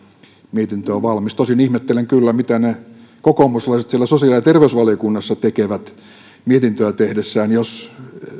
mietintö on valmis tosin ihmettelen kyllä mitä ne kokoomuslaiset siellä sosiaali ja terveysvaliokunnassa tekevät mietintöä tehdessään jos